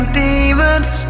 demons